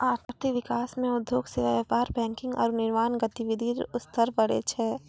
आर्थिक विकास मे उद्योग सेवा व्यापार बैंकिंग आरू निर्माण गतिविधि रो स्तर बढ़ै छै